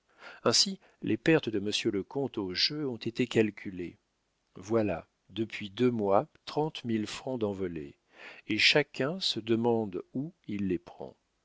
ainsi les pertes de monsieur le comte au jeu ont été calculées voilà depuis deux mois trente mille francs d'envolés et chacun se demande où il les prend